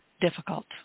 difficult